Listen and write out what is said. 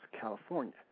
California